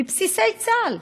מבסיסי צה"ל,